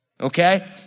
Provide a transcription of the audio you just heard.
Okay